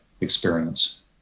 experience